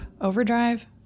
Overdrive